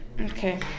Okay